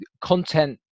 content